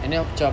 and then aku cam